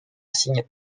signes